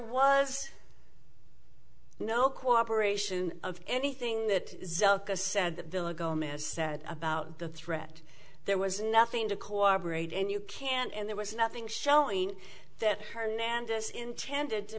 was no cooperation of anything that zuck a said the villa gomez said about the threat there was nothing to cooperate and you can't and there was nothing showing that hernandez intended to